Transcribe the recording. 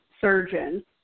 surgeon